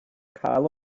cael